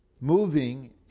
moving